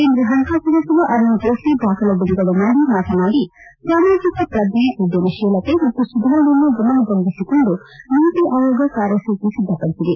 ಕೇಂದ್ರ ಪಣಕಾಸು ಸಚಿವ ಅರುಣ್ ಜೇಟ್ಲ ದಾಖಲೆ ಬಿಡುಗಡೆ ಮಾಡಿ ಮಾತನಾಡಿದ ಅವರು ಸಾಮಾಜಿಕ ಪ್ರಜ್ಞೆ ಉದ್ದಮಶೀಲತೆ ಮತ್ತು ಸುಧಾರಣೆಯನ್ನು ಗಮನದಲ್ಲಿರಿಸಿಕೊಂಡು ನೀತಿ ಆಯೋಗ ಕಾರ್ಯಸೂಚಿವನ್ನು ಸಿದ್ಧಪಡಿಸಿದೆ